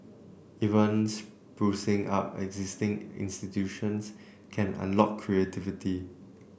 even sprucing up existing institutions can unlock creativity